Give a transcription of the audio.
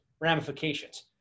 ramifications